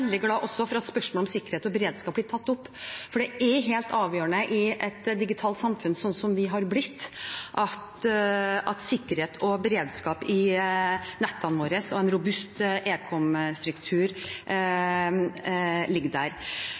helt avgjørende i et digitalt samfunn, som vi har blitt, at sikkerhet og beredskap i nettene våre og en robust ekomstruktur ligger der.